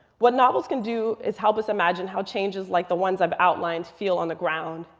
what novels can do is help us imagine how changes like the ones i've outlined feel on the ground.